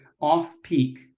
off-peak